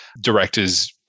directors